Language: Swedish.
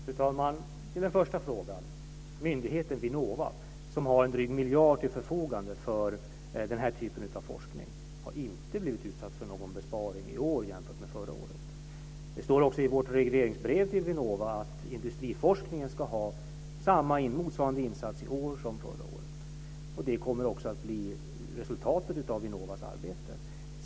Fru talman! På den första frågan kan jag svara att myndigheten Vinnova, som har en dryg miljard till förfogande för denna typ av forskning, inte har blivit utsatt för någon besparing i år jämfört med förra året. Det står också i vårt regleringsbrev till Vinnova att industriforskningen ska ha en insats i år som motsvarar förra årets. Det kommer också att bli resultatet av Vinnovas arbete.